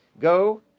go